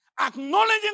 Acknowledging